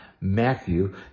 Matthew